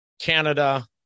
Canada